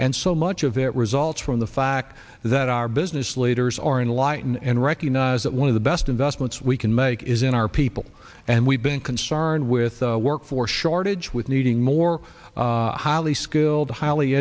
and so much of it results from the fact that our business leaders are enlightened and recognize that one of the best investments we can make is in our people and we've been concerned with the workforce shortage with needing more highly skilled highly